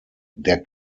der